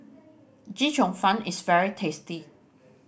Chee Cheong Fun is very tasty